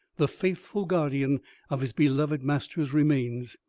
the faithful guardian of his beloved master's remains.